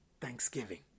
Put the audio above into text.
thanksgiving